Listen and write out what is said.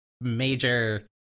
major